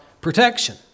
protection